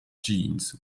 jeans